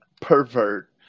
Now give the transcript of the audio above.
pervert